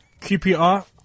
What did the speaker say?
QPR